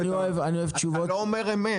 אתה לא אומר אמת.